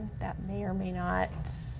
that may or may not,